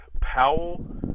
Powell –